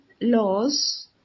Laws